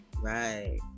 Right